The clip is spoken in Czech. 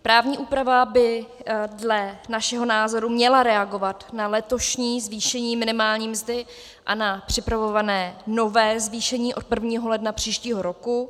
Právní úprava by dle našeho názoru měla reagovat na letošní zvýšení minimální mzdy a na připravované nové zvýšení od 1. ledna příštího roku.